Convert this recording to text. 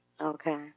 Okay